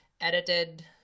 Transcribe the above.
edited